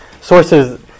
sources